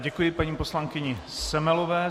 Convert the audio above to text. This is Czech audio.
Děkuji paní poslankyni Semelové.